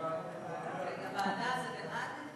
לוועדה זה בעד?